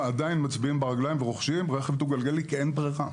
עדיין מצביעים ברגליים ורוכשים רכב דו גלגלי כי אין ברירה.